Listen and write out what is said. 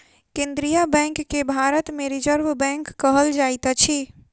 केन्द्रीय बैंक के भारत मे रिजर्व बैंक कहल जाइत अछि